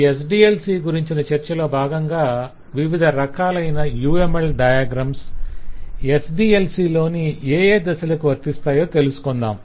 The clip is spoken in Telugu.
ఈ SDLC గురించిన చర్చలో భాగంగా వివధ రకాలైన UML డయాగ్రమ్స్ SDLC లోని ఏఏ దశలకు వర్తిస్తాయో తెలుసుకొందాం